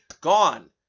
Gone